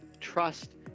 trust